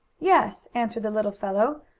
yes, answered the little fellow,